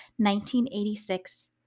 1986